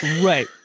right